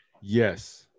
Yes